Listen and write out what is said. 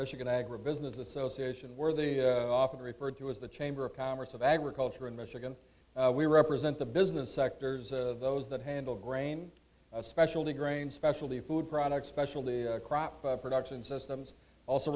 michigan agribusiness association where they often referred to as the chamber of commerce of agriculture in michigan we represent the business sectors of those that handle grain specialty grain specialty food products special crop production systems also